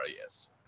yes